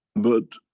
but